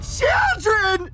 children